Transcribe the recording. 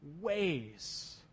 ways